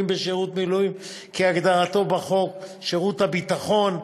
בשירות מילואים כהגדרתו בחוק שירות ביטחון ,